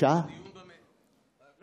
דיון במליאה אפשר?